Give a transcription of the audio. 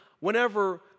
Whenever